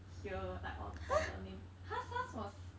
here like all all the nei~ !huh! SARS was